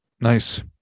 Nice